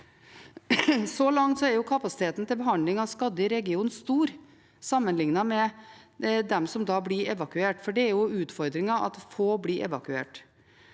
Så langt er kapasiteten til behandling av skadde i regionen stor sammenlignet med dem som blir evakuert, for utfordringen er jo at få blir evakuert.